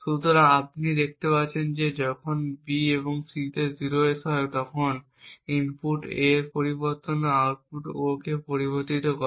সুতরাং এখানে আপনি দেখতে পাচ্ছেন যে যখন B এবং C 0s হয় তখন ইনপুট A এর পরিবর্তনও আউটপুট O কে প্রভাবিত করে